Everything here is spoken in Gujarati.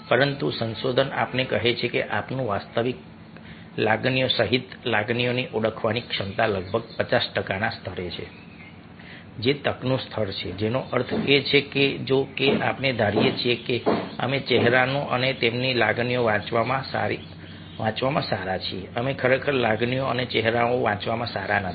પરંતુ સંશોધન આપણને કહે છે કે આપણું વાસ્તવિક લાગણીઓ સહિત લાગણીઓને ઓળખવાની ક્ષમતા લગભગ 50 ટકાના સ્તરે છે જે તકનું સ્તર છે જેનો અર્થ એ છે કે જો કે આપણે ધારીએ છીએ કે અમે ચહેરાઓ અને તેમની લાગણીઓ વાંચવામાં સારા છીએ અમે ખરેખર લાગણીઓ અને ચહેરાઓ વાંચવામાં સારા નથી